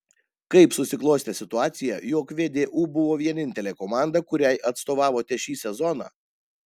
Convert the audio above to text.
kaip susiklostė situacija jog vdu buvo vienintelė komanda kuriai atstovavote šį sezoną